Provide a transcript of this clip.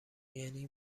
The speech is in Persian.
یعنی